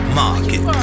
market